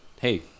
hey